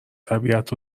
طبیعت